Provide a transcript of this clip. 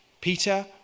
Peter